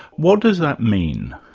what does that mean?